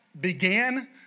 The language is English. began